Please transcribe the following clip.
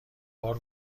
بار